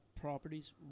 properties